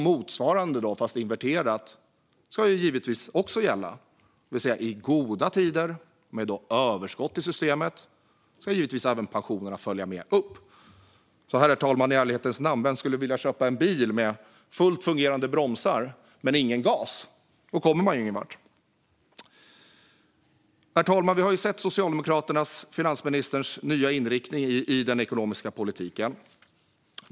Motsvarande fast inverterat ska givetvis också gälla - i goda tider med överskott i systemet ska även pensionerna följa med upp. I ärlighetens namn, herr talman - vem skulle vilja köpa en bil med fullt fungerande bromsar men ingen gas? Då kommer man ingenvart. Herr talman! Vi har sett Socialdemokraternas finansministers nya inriktning i den ekonomiska politiken.